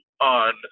on